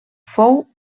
fou